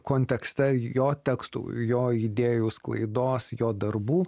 kontekste jo tekstų jo idėjų sklaidos jo darbų